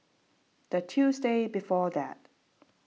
the Tuesday before that